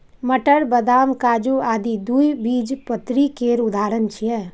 मटर, बदाम, काजू आदि द्विबीजपत्री केर उदाहरण छियै